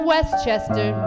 Westchester